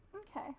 Okay